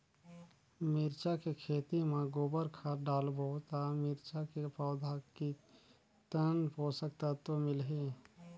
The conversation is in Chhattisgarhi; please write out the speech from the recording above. मिरचा के खेती मां गोबर खाद डालबो ता मिरचा के पौधा कितन पोषक तत्व मिलही?